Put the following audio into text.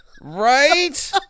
Right